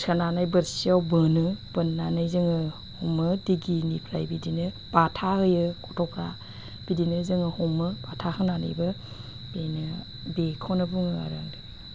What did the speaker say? सोनानै बोरसियाव बोनो बोननानै जोङो हमो दिगिनिफ्राय बिदिनो बाथा होयो गथ'फ्रा बिदिनो जोङो हमो बाथा होनानैबो बेनो बेखौनो बुङो आरो